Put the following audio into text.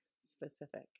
specific